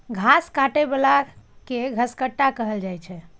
घास काटै बला कें घसकट्टा कहल जाइ छै